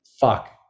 Fuck